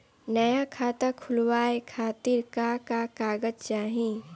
नया खाता खुलवाए खातिर का का कागज चाहीं?